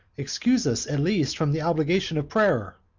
excuse us at least from the obligation of prayer.